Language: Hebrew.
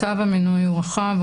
כתב המינוי הוא רחב.